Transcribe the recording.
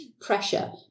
pressure